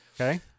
Okay